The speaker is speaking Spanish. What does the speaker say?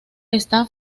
está